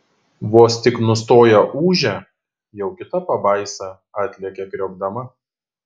vos tik nustoja ūžę jau kita pabaisa atlekia kriokdama